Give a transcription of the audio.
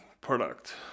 product